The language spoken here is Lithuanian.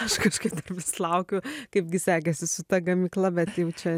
aš kažkaip vis laukiu kaipgi sekėsi su ta gamykla bet jau čia